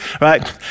right